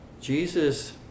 Jesus